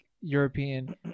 European